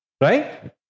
Right